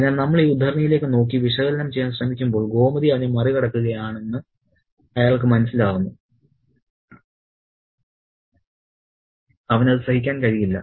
അതിനാൽ നമ്മൾ ഈ ഉദ്ധരണിയിലേക്ക് നോക്കി വിശകലനം ചെയ്യാൻ ശ്രമിക്കുമ്പോൾ ഗോമതി അവനെ മറികടക്കുകയാണെന്ന് അയാൾക്ക് മനസ്സിലാകുന്നു അവന് അത് സഹിക്കാൻ കഴിയില്ല